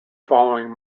following